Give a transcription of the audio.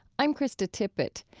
i'm krista tippett.